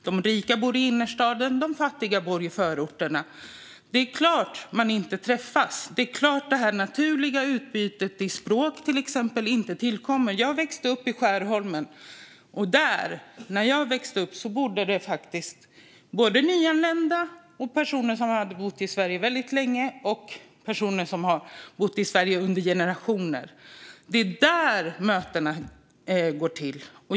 De rika bor i innerstaden. De fattiga bor i förorterna. Det är klart att man inte träffas. Det är klart att det naturliga språkutbytet, till exempel, inte förekommer. Jag växte upp i Skärholmen. Där bodde då faktiskt både nyanlända och personer som hade bott i Sverige väldigt länge. Det bodde personer där som har bott i Sverige i generationer. Det är då mötena sker.